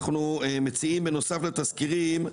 בנוסף לתסקירים,